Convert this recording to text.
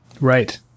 Right